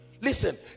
Listen